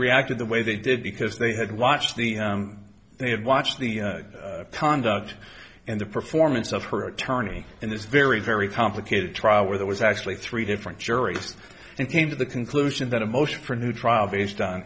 reacted the way they did because they had watched the they had watched the conduct and the performance of her attorney in this very very complicated trial where there was actually three different juries and came to the conclusion that a motion for a new trial based on